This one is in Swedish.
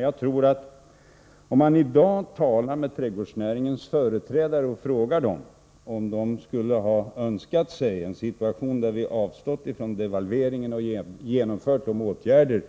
Jag tror att om man i dag frågar trädgårdsnäringens företrädare om de skulle ha önskat sig en situation där vi hade avstått från devalveringen och genomfört de åtgärder